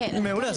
כן.